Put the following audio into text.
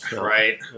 right